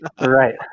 right